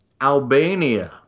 Albania